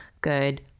good